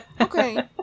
Okay